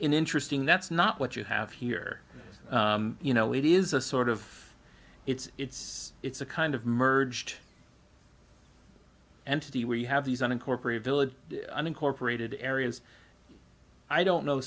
interesting that's not what you have here you know it is a sort of it's it's a kind of merged entity where you have these unincorporated village unincorporated areas i don't know